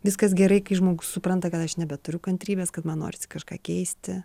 viskas gerai kai žmogus supranta kad aš nebeturiu kantrybės kad man norisi kažką keisti